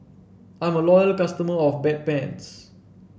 I'm a loyal customer of Bedpans